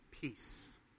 peace